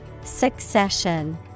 Succession